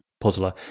puzzler